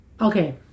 Okay